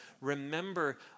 remember